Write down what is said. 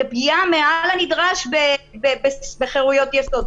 זו פגיעה מעל הנדרש בחירויות יסוד.